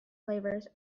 flavors